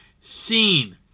seen